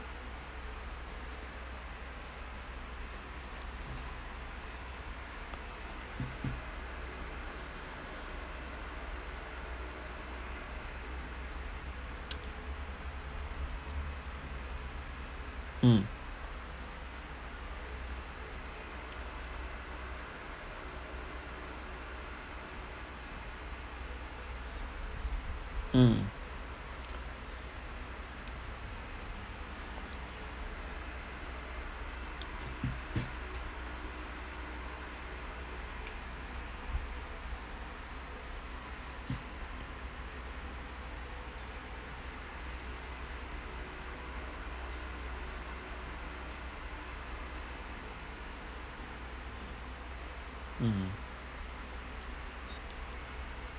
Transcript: hmm mm mmhmm